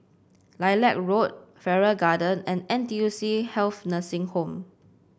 Lilac Road Farrer Garden and N T U C Health Nursing Home